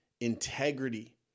integrity